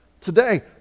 today